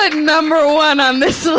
ah number one on this so